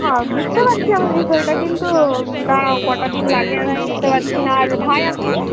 হ্যাঁ বুঝতে পারছি আমি বিষয়টা কিন্তু দাঁড়াও কটা দিন লাগে আমি বুঝতে পারছি না আর ভাই আসেনি